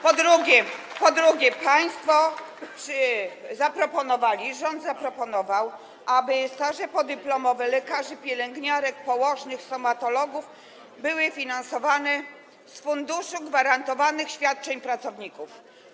Po drugie, państwo zaproponowali, rząd zaproponował, aby staże podyplomowe lekarzy, pielęgniarek, położnych, stomatologów były finansowane z Funduszu Gwarantowanych Świadczeń Pracowniczych.